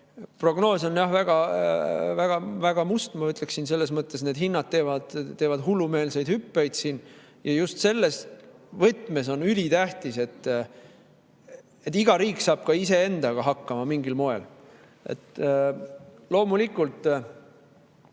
Prognoos on väga must, ma ütleksin, selles mõttes, et need hinnad teevad hullumeelseid hüppeid. Ja just selles võtmes on ülitähtis, et iga riik saab ise mingil moel